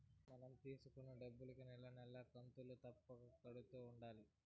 మనం తీసుకున్న డబ్బులుకి నెల నెలా కంతులు తప్పక కడుతూ ఉండాలి